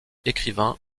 écrivain